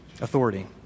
authority